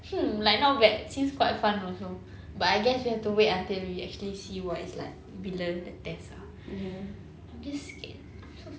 hmm like not bad seems quite fun also but I guess we have to wait until we actually see what it's like bila the test ah I'm just scared